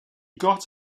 got